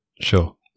Sure